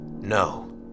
No